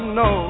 no